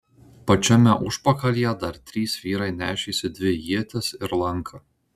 pačiame užpakalyje dar trys vyrai nešėsi dvi ietis ir lanką